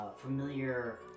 familiar